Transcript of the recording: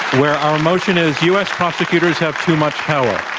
where our motion is u. s. prosecutors have too much power.